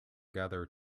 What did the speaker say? gather